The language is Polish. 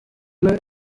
mylę